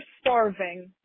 starving